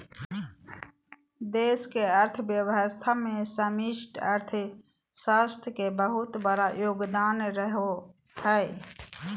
देश के अर्थव्यवस्था मे समष्टि अर्थशास्त्र के बहुत बड़ा योगदान रहो हय